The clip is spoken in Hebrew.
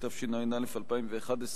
התשע"א 2011,